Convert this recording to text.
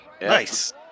Nice